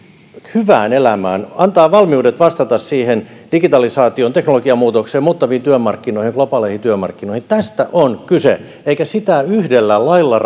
hyvään elämään antaa valmiudet vastata digitalisaatioon teknologian muutokseen muuttuviin työmarkkinoihin globaaleihin työmarkkinoihin tästä on kyse eikä sitä yhdellä lailla